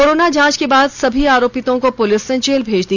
corona जांच के बाद सभी आरोपितों को पुलिस ने जेल भेज दिया